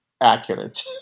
accurate